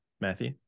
Matthew